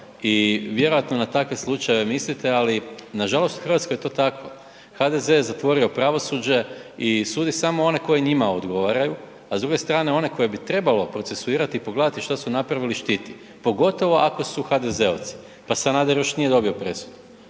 i vjerojatno na takve slučajeve mislite, ali nažalost u Hrvatskoj je to tako. HDZ je zatvorio pravosuđe i sudi samo one koji njima odgovaraju, a s druge strane, one koje bi trebalo procesuirati i pogledati što su napravili, štiti. Pogotovo ako su HDZ-ovci. Pa Sanader još nije dobio presudu.